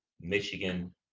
Michigan